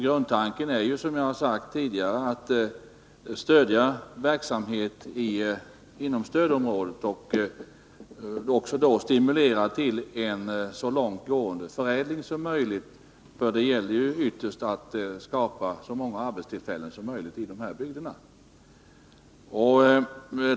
Grundtanken är, som jag har sagt tidigare, att stödja verksamhet inom stödområdet och stimulera till en så långtgående förädling som möjligt, för det gäller ju ytterst att skapa så många arbetstillfällen som möjligt i de här bygderna.